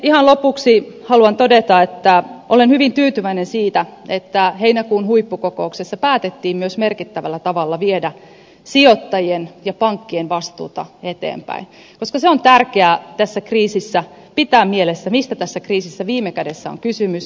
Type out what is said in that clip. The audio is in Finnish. ihan lopuksi haluan todeta että olen hyvin tyytyväinen siitä että heinäkuun huippukokouksessa päätettiin myös merkittävällä tavalla viedä sijoittajien ja pankkien vastuuta eteenpäin koska se on tärkeää tässä kriisissä pitää mielessä mistä tässä kriisissä viime kädessä on kysymys